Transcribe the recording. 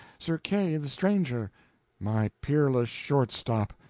sir kay the stranger my peerless short-stop!